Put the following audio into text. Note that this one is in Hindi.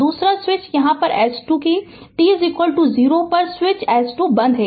दूसरा स्विच यहाँ S 2 है कि t 0 पर स्विच S 2 बंद है